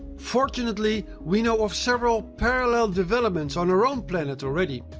fortunately, we know of several parallel developments on our own planet already.